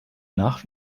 nach